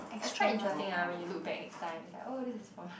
but it's quite interesting lah when you look back next time like oh this is for